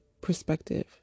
perspective